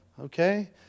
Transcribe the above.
Okay